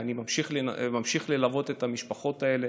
ואני ממשיך ללוות את המשפחות האלה,